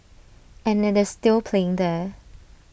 and IT is still playing there